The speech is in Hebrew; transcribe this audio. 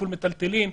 עיקול מיטלטלין,